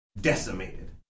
decimated